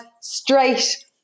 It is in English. straight